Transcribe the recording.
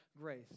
grace